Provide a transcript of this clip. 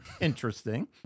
Interesting